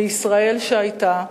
לישראל שהיתה,